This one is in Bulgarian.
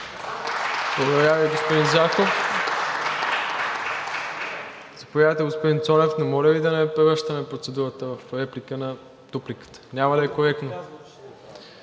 Благодаря Ви, господин Зарков. Заповядайте, господин Цонев, но моля Ви да не превръщаме процедурата в реплика на дупликата, няма да е коректно.